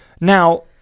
Now